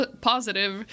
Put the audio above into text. positive